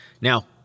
Now